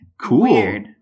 Cool